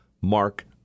Mark